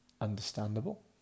understandable